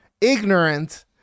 ignorant